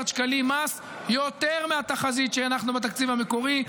שקלים מס יותר מהתחזית שהנחנו בתקציב המקורי.